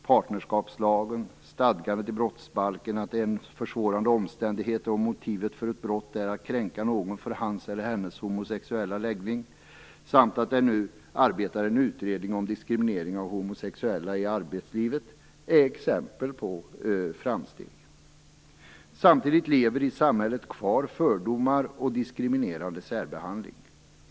Partnerskapslagen, stadgandet i brottsbalken att det är en försvårande omständighet om motivet till ett brott är att kränka någon för hans eller hennes sexuella läggning samt den nu arbetande utredningen om diskriminering av homosexuella i arbetslivet är exempel på framsteg. Samtidigt lever i samhället kvar fördomar och diskriminerande särbehandling.